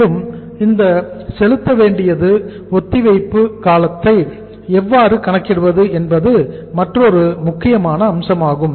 மேலும் இந்த செலுத்தவேண்டியது ஒத்திவைப்பு காலத்தை எவ்வாறு கணக்கிடுவது என்பது மற்றொரு முக்கியமான அம்சமாகும்